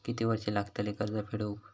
किती वर्षे लागतली कर्ज फेड होऊक?